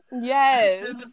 Yes